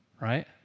right